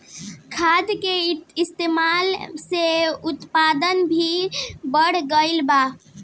खाद के इस्तमाल से उत्पादन भी बढ़ गइल बा